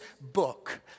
book